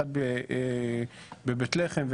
אחד בחברון,